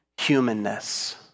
humanness